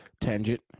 tangent